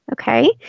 Okay